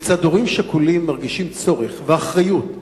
כיצד הורים שכולים מרגישים צורך ואחריות,